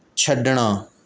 ਛੱਡਣਾ